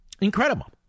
Incredible